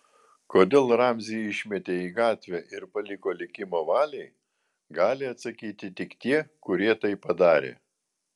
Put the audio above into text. kodėl ramzį išmetė į gatvę ir paliko likimo valiai gali atsakyti tik tie kurie tai padarė